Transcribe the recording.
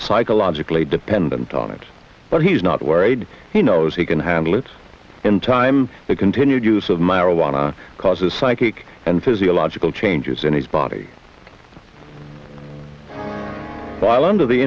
psychologically dependent on it but he's not worried he knows he can handle it in time the continued use of marijuana causes psychic and physiological changes in his body while under the